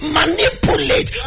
manipulate